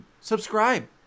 Subscribe